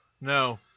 No